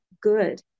good